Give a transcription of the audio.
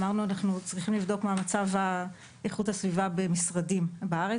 אמרנו שאנחנו צריכים לבדוק מה מצב איכות הסביבה במשרדים בארץ.